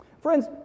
Friends